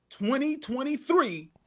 2023